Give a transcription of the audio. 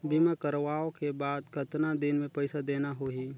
बीमा करवाओ के बाद कतना दिन मे पइसा देना हो ही?